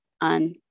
on